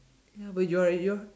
ya but you're a you're